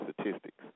statistics